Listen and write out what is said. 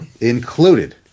included